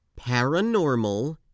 Paranormal